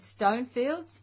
Stonefields